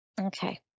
Okay